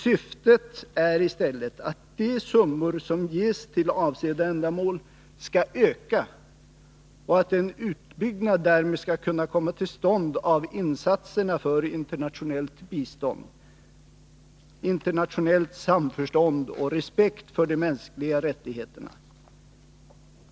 Syftet är i stället att de summor som ges till avsedda ändamål skall öka och att en utbyggnad därmed skall kunna komma till stånd av insatserna för internationellt bistånd, internationellt samförstånd och respekt för de mänskliga rättigheterna.